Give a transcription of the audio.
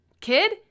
Kid